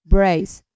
Brace